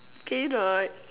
can you not